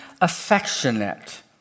affectionate